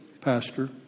Pastor